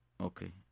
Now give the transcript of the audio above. Okay